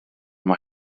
mae